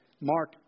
Mark